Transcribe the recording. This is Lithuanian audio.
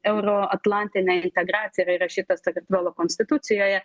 euroatlantinė integracija yra įrašyta sakartvelo konstitucijoje